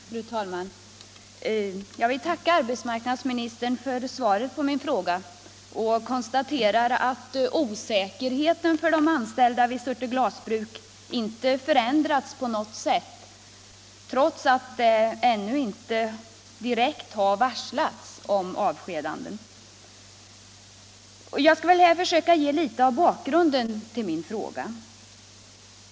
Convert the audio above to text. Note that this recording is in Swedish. Fru talman! Jag tackar arbetsmarknadsministern för svaret på min fråga och konstaterar att osäkerheten för de anställda vid Surte glasbruk inte förändrats på något sätt, trots att de ännu inte direkt har varslats om avskedanden. Jag skall här försöka ge litet av bakgrunden till min fråga.